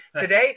Today